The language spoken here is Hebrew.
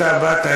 אתה באת,